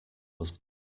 was